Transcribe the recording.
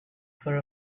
for